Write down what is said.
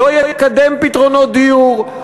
לא יקדם פתרונות דיור.